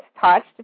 touched